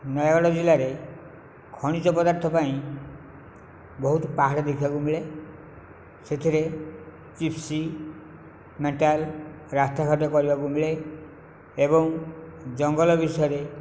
ନୟାଗଡ଼ ଜିଲ୍ଲାରେ ଖଣିଜ ପଦାର୍ଥ ପାଇଁ ବହୁତ ପାହାଡ଼ ଦେଖିବାକୁ ମିଳେ ସେଥିରେ ଚିପ୍ସ ମେଟାଲ ରାସ୍ତାଘାଟ କରିବାକୁ ମିଳେ ଏବଂ ଜଙ୍ଗଲ ବିଷୟରେ